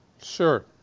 Sure